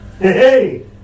hey